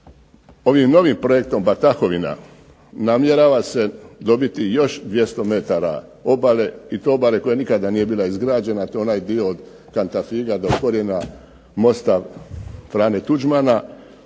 Ovim novim projektom Batahovina namjerava se dobiti još 200 metara obale i to obale koja nikada nije bila izgrađena, a to je onaj dio od Kantafiga do korijena mosta Franje Tuđmana